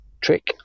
trick